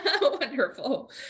Wonderful